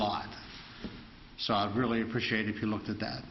line so i really appreciate if you looked at that